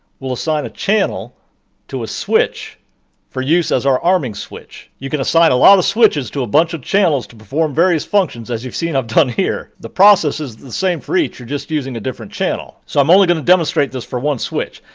we'll assign a channel to a switch for use as our arming switch. you can assign a lot of switches to a bunch of channels to perform various functions as you've seen i've done here. the process is the same for each you're just using a different channel. so i'm only going to demonstrate this for one switch.